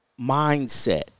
mindset